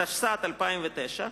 התשס"ט 2009,